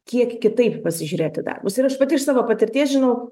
kiek kitaip pasižiūrėt į darbus ir aš pati iš savo patirties žinau